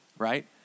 Right